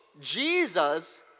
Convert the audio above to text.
Jesus